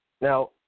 Now